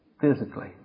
physically